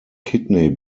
kidney